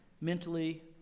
mentally